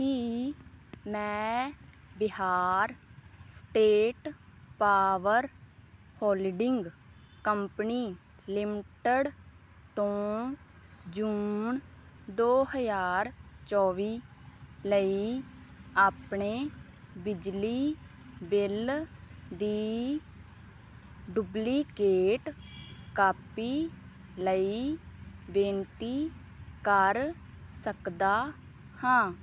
ਕੀ ਮੈਂ Bihar state power holding company limited ਤੋਂ ਜੂਨ ਦੋ ਹਜ਼ਾਰ ਚੌਵੀ ਲਈ ਆਪਣੇ ਬਿਜਲੀ ਬਿੱਲ ਦੀ ਡੁਪਲੀਕੇਟ ਕਾਪੀ ਲਈ ਬੇਨਤੀ ਕਰ ਸਕਦਾ ਹਾਂ